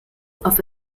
auf